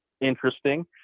interesting